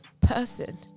person